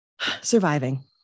surviving